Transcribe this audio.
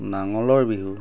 নাঙলৰ বিহু